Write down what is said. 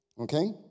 Okay